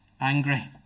angry